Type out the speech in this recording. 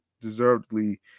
deservedly